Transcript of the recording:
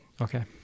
Okay